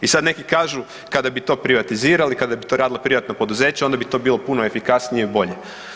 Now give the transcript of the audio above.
I sad neki kažu kada bi to privatizirali, kada bi to radila privatna poduzeća onda bi to bilo puno efikasnije i bolje.